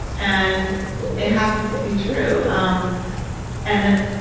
and it happens to be true, um and it